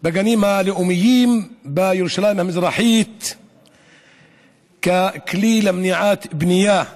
בגנים הלאומיים בירושלים המזרחית ככלי למניעת בנייה פלסטינית.